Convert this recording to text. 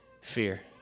Fear